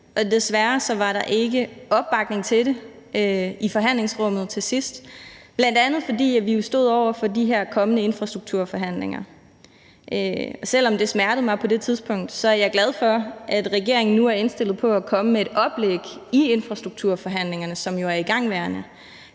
men desværre var der ikke opbakning til det i forhandlingslokalet til sidst, bl.a. fordi vi jo stod over for de her kommende infrastrukturforhandlinger. Selv om det smertede mig på det tidspunkt, er jeg glad for, at regeringen nu er indstillet på i forbindelse med infrastrukturforhandlingerne, som jo er igangværende,